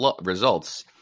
results